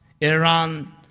Iran